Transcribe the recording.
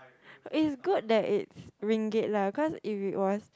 is good that is ringgit lah cause if we was